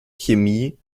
chemie